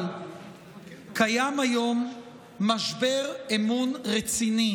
אבל קיים היום משבר אמון רציני